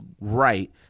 right